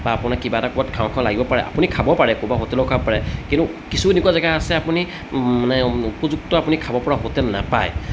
বা আপোনাৰ কিবা এটা ক'ৰবাত খাওঁ খাওঁ লাগিব পাৰে আপুনি খাব পাৰে ক'ৰবাৰ হোটেলত খাব পাৰে কিন্তু কিছু এনেকুৱা জেগা আছে আপুনি মানে উপযুক্ত আপুনি খাব পৰা হোটেল নাপায়